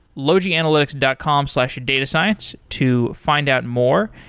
logianalytics dot com slash datascience to find out more,